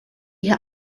hier